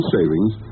Savings